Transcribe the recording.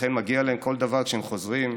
ולכן מגיע להם כל דבר כשהם חוזרים.